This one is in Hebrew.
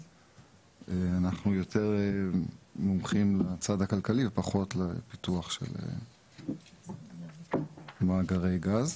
אנחנו יותר מומחים לצד הכלכלי ופחות לפיתוח של מאגרי גז.